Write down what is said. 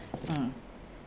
mm